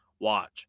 watch